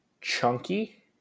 Chunky